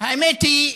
האמת היא,